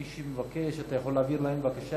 מי שמבקש, אתה יכול להעביר אליהם, בבקשה?